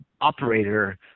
operator